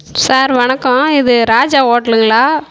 sir வணக்கம் இது ராஜா ஹோட்டலுங்களா